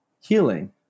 healing